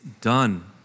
done